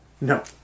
No